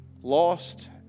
lost